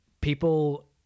people